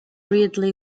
readily